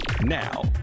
now